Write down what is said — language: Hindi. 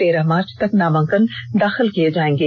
तेरह मार्च तक नामांकन दाखिल किए जाएंगे